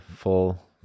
full